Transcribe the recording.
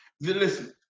listen